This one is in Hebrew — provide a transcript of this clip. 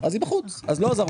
אז היא בחוץ אז לא עזרנו לה.